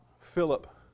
Philip